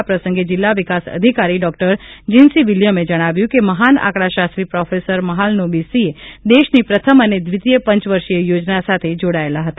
આ પ્રસંગે જિલ્લા વિકાસ અધિકારી ડોક્ટર જીન્સી વીલીયમે જણાવ્યું કે મહાન આંકડાશાસ્ત્રી પ્રોફેસર મહાલનોબિસે દેશની પ્રથમ અને દ્વિતીય પંચવર્ષીય યોજના સાથે જોડાયેલા હતા